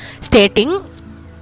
stating